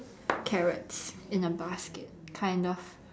carrots in a basket kind of